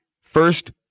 First